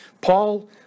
Paul